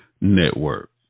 Network